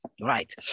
Right